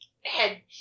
head